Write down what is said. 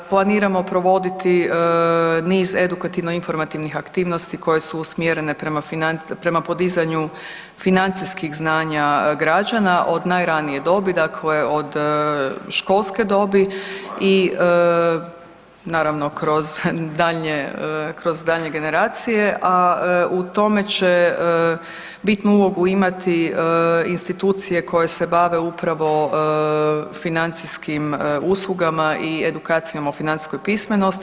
Planiramo provoditi niz edukativno informativnih aktivnosti koje su usmjerene prema podizanju financijskih znanja građana od najranije dobi, dakle od školske dobi i naravno kroz daljnje, kroz daljnje generacije, a u tome će bitnu ulogu imati institucije koje se bave upravo financijskim uslugama i edukacijom o financijskoj pismenosti.